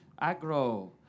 Agro